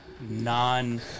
non